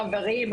חברים,